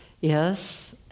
yes